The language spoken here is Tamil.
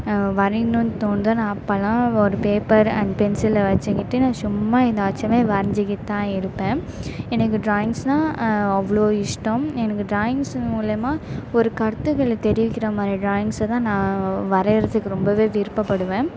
வரையணும்ன்னு தோணுதோ நான் அப்பெலாம் ஒரு பேப்பர் அண்ட் பென்சிலை வச்சுக்கிட்டு நான் சும்மா ஏதாச்சுமே வரைஞ்சிகிட்டு தான் இருப்பேன் எனக்கு எனக்கு ட்ராயிங்ஸ்னால் அவ்வளோ இஷ்டம் எனக்கு ட்ராயிங்ஸ் மூலயமா ஒரு கருத்துக்களை தெரிவிக்கிற மாதிரி ட்ராயிங்ஸ்சைதான் நான் வரைகிறதுக்கு ரொம்பவே விருப்பப்படுவேன்